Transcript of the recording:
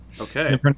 Okay